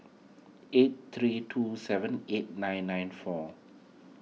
eight three two seven eight nine nine four